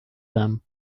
them